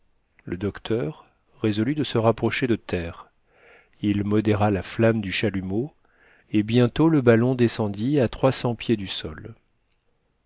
le docteur résolut de se rapprocher de terre il modéra la flamme du chalumeau et bientôt le ballon descendit à pieds du sol